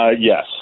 Yes